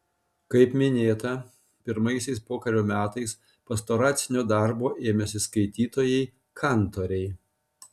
kaip minėta pirmaisiais pokario metais pastoracinio darbo ėmėsi sakytojai kantoriai